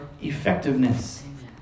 effectiveness